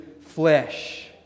flesh